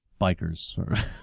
bikers